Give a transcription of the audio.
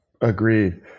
Agreed